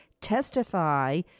testify